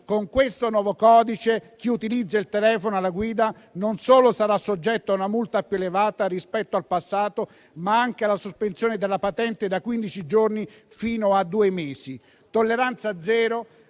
Con questo nuovo codice, chi utilizza il telefono alla guida sarà soggetto non solo a una multa più elevata rispetto al passato, ma anche alla sospensione della patente da quindici giorni a due mesi.